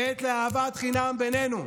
עת לאהבת חינם בינינו,